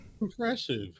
Impressive